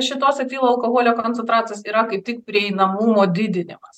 šitos etilo alkoholio koncentracijos yra kaip tik prieinamumo didinimas